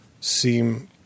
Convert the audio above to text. seem